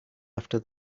after